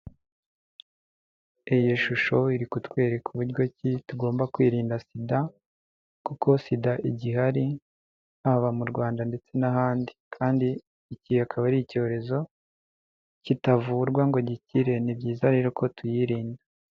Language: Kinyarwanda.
Iyi shusho iri kutwereka buryo ki tugomba kwirinda sida kuko sida igihari, haba mu Rwanda ndetse n'ahandi, kandi iki akaba ari icyorezo kitavurwa ngo gikire, ni byiza rero ko tuyirinda.